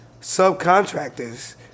subcontractors